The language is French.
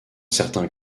certains